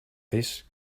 this